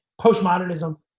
postmodernism